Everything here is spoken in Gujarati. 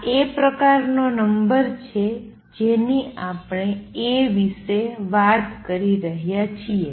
આ એ પ્રકારનો નંબર છે જેની આપણે A વિષે વાત કરી રહ્યા છીએ